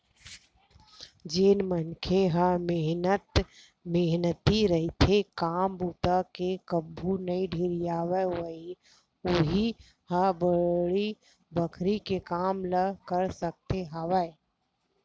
जेन मनखे ह मेहनती रहिथे, काम बूता ले कभू नइ ढेरियावय उहींच ह बाड़ी बखरी के काम ल कर सकत हवय